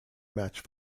match